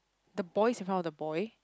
the boy in front of the boy